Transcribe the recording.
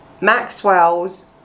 Maxwell's